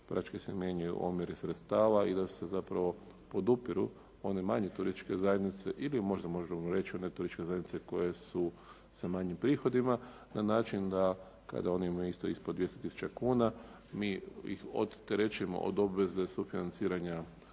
praktički se mijenjaju omjeri sredstava i da se zapravo podupiru one manje turističke zajednice, ili možda možemo reći one turističke zajednice koje su sa manjim prihodima na način kada oni imaju isto ispod 200 tisuća kuna mi ih odterećujemo od obveze sufinanciranja